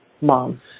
Mom